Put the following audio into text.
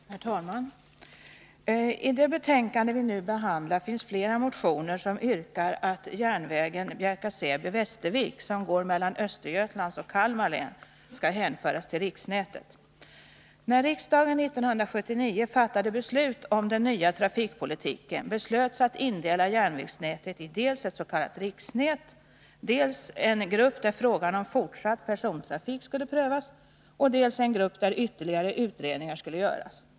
Herr talman! I det betänkande som vi nu behandlar finns flera motioner som yrkar att järnvägen Bjärka/Säby-Västervik, som går mellan Östergötlands och Kalmar län, skall hänföras till riksnätet. När riksdagen 1979 fattade beslut om den nya trafikpolitiken beslöts att indela järnvägsnätet i dels ett s.k. riksnät, dels en grupp där frågan om fortsatt persontrafik skulle prövas, dels en grupp där ytterligare utredningar skulle göras.